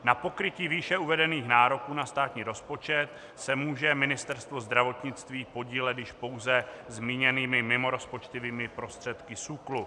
Na pokrytí výše uvedených nároků na státní rozpočet se může Ministerstvo zdravotnictví podílet již pouze zmíněnými mimorozpočtovými prostředky SÚKLu.